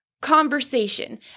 conversation